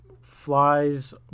flies